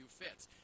fits